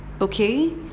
okay